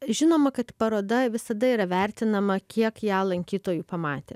žinoma kad paroda visada yra vertinama kiek ją lankytojų pamatė